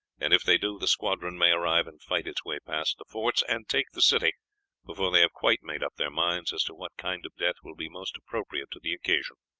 and if they do the squadron may arrive and fight its way past the forts and take the city before they have quite made up their minds as to what kind of death will be most appropriate to the occasion.